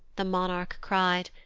the monarch cry'd,